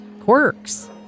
quirks